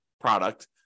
product